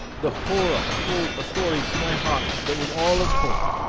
the horror, told a story to my heart that was all of hope.